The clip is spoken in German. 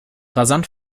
rasant